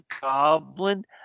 goblin